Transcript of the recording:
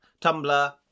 Tumblr